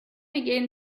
again